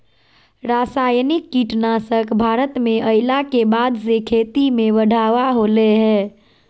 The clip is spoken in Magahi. रासायनिक कीटनासक भारत में अइला के बाद से खेती में बढ़ावा होलय हें